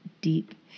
deep